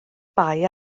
bai